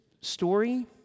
story